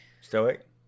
stoic